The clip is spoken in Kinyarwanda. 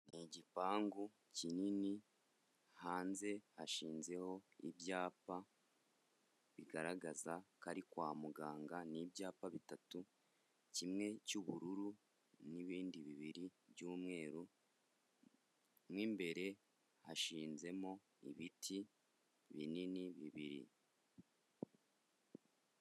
Ni igipangu kinini, hanze hashinzeho ibyapa bigaragaza ko ari kwa muganga, ni ibyapa bitatu, kimwe cy'ubururu n'ibindi bibiri by'umweru, mo imbere hashinzemo ibiti binini bibiri.